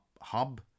Hub